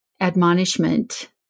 admonishment